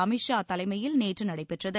அமீத் ஷா தலைமையில் நேற்று நடைபெற்றது